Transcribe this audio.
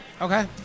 Okay